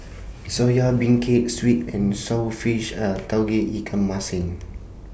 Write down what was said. Soya Beancurd Sweet and Sour Fish and Tauge Ikan Masin